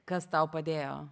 kas tau padėjo